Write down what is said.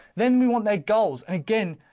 then we want their goals and again,